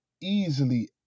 easily